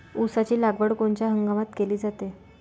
ऊसाची लागवड कोनच्या हंगामात केली जाते?